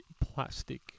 plastic